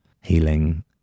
healing